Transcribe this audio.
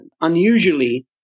Unusually